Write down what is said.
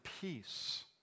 peace